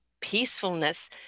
peacefulness